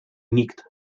nikt